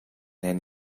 then